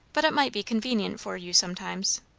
but it might be convenient for you sometimes.